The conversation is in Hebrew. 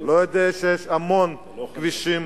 לא יודע שיש המון כבישים